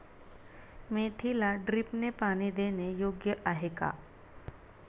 मेथीला ड्रिपने पाणी देणे योग्य आहे का?